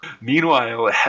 meanwhile